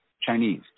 Chinese